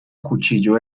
cuchillo